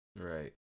right